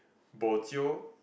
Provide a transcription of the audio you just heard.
bojio